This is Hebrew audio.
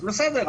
אז בסדר,